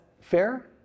fair